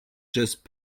just